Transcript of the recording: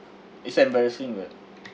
is that embarrassing wh~